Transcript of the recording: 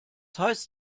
heißt